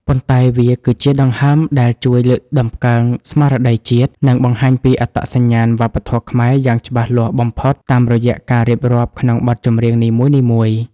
ប៉ុន្តែវាគឺជាដង្ហើមដែលជួយលើកតម្កើងស្មារតីជាតិ និងបង្ហាញពីអត្តសញ្ញាណវប្បធម៌ខ្មែរយ៉ាងច្បាស់លាស់បំផុតតាមរយៈការរៀបរាប់ក្នុងបទចម្រៀងនីមួយៗ។